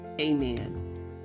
Amen